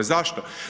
Zašto?